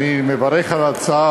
אני מברך על ההצעה,